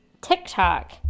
tiktok